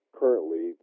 currently